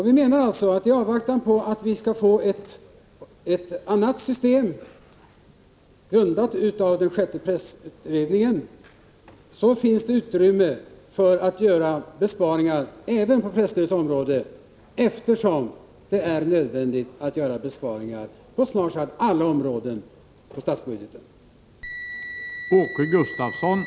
I avvaktan på ett annat system, grundat av den sjätte pressutredningen, finns det utrymme för att göra besparingar även på presstödet område, eftersom det är nödvändigt att göra besparingar på snart sagt alla områden när det gäller statsbudgeten.